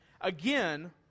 Again